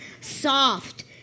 Soft